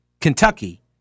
Kentucky